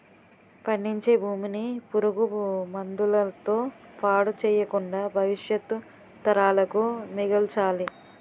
పండించే భూమిని పురుగు మందుల తో పాడు చెయ్యకుండా భవిష్యత్తు తరాలకు మిగల్చాలి